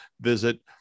visit